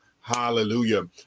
Hallelujah